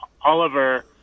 Oliver